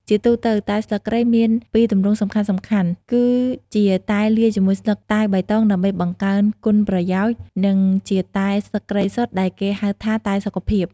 ជាទូទៅ តែស្លឹកគ្រៃមានពីរទម្រង់សំខាន់ៗ គឺជាតែលាយជាមួយស្លឹកតែបៃតងដើម្បីបង្កើនគុណប្រយោជន៍ និងជាតែស្លឹកគ្រៃសុទ្ធដែលគេហៅថា តែសុខភាព។